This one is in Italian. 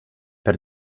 per